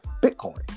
Bitcoin